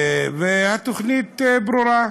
והתוכנית ברורה,